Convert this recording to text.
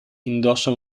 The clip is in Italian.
indossa